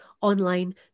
online